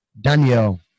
Daniel